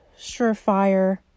surefire